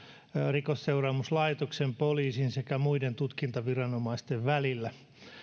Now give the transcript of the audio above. rikosseuraamuslaitoksen poliisin sekä muiden tutkintaviranomaisten välillä